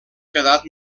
quedat